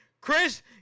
Chris